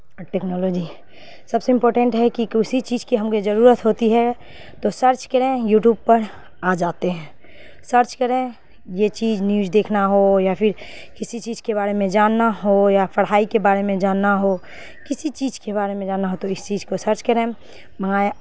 technology سب سے important ہے کہ کسی چیز کی ہم کو ضرورت ہوتی ہے تو سرچ کریں یوٹوب پر آ جاتے ہیں سرچ کریں یہ چیز نیوج دیکھنا ہو یا پھر کسی چیز کے بارے میں جاننا ہو یا پڑھائی کے باڑے میں جاننا ہو کسی چیز کے بارے میں جاننا ہو تو اس چیز کو سرچ کریں منگایں